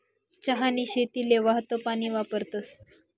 चहानी शेतीले वाहतं पानी वापरतस